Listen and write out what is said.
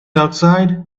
outside